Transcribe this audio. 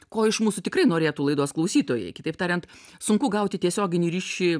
ko iš mūsų tikrai norėtų laidos klausytojai kitaip tariant sunku gauti tiesioginį ryšį